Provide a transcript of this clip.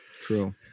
True